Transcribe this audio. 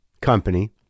company